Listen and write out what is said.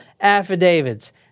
affidavits